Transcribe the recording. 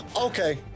Okay